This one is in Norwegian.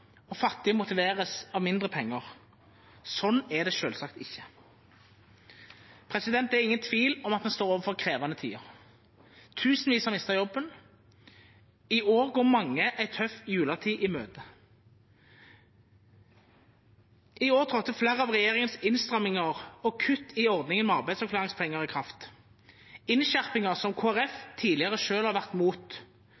og fattige motiveres av mindre penger. Sånn er det selvsagt ikke. Det er ingen tvil om at vi står overfor krevende tider. Tusenvis har mistet jobben. I år går mange en tøff juletid i møte. I år trådte flere av regjeringens innstramminger og kutt i ordningen med arbeidsavklaringspenger i kraft, innskjerpinger som